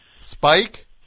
Spike